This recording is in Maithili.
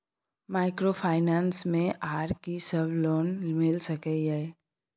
माइक्रोफाइनेंस मे आर की सब लोन मिल सके ये?